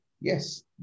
yes